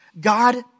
God